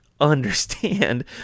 understand